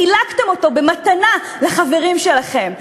חילקתם אותו במתנה לחברים שלכם,